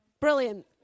brilliant